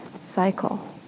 cycle